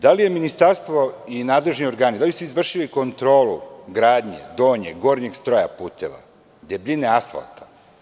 Da li su ministarstvo i nadležni organi, da li su izvršili kontrolu gradnje donjeg, gornjeg stroja puteva, debljine asfalta?